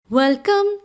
Welcome